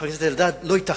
חבר הכנסת אלדד, לא ייתכן